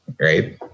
right